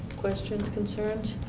questions, concerns?